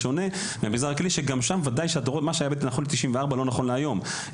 בשונה מהמגזר הכללי שגם שם בוודאי מה שהיה נכון ב- 94' לא נכון להיום.